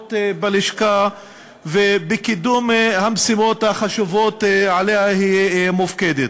השורות בלשכה ולקידום המשימות החשובות שעליהן היא מופקדת.